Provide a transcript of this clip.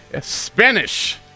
Spanish